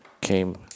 came